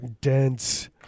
dense